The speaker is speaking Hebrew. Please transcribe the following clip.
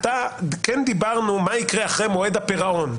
כן דיברנו מה יקרה אחרי מועד הפירעון,